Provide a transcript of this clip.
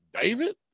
David